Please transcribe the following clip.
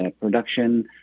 production